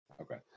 Okay